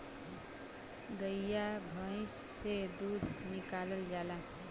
गइया भईस से दूध निकालल जाला